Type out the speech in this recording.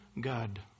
God